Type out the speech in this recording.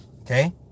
Okay